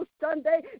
Sunday